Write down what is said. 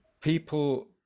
people